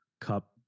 cup